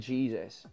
Jesus